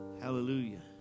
Hallelujah